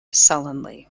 sullenly